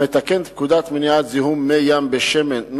המתקן את פקודת מניעת זיהום מי ים בשמן ,